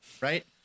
right